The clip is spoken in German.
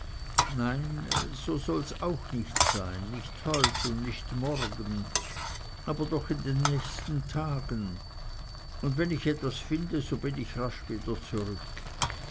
nein so soll's auch nicht sein nicht heut und nicht morgen aber doch in den nächsten tagen und wenn ich etwas finde so bin ich rasch wieder zurück